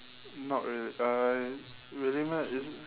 not really uh really meh isn~